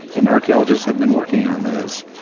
and archeologists had been working on those,